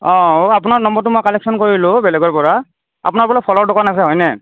অঁ অঁ আপোনাৰ নাম্বাৰটো মই কালেকচন কৰিলোঁ বেলেগৰ পৰা আপোনাৰ বোলে ফলৰ দোকান আছে হয়নে